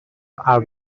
are